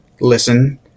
listen